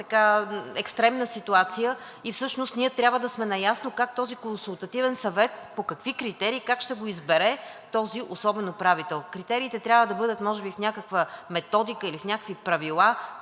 екстремна ситуация и всъщност ние трябва да сме наясно как този консултативен съвет, по какви критерии, как ще го избере този особен управител. Критериите трябва да бъдат може би в някаква методика или в някакви правила.